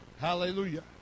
Hallelujah